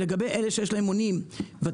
לגבי אלה שיש להם מונים ותיקים,